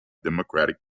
democratic